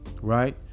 right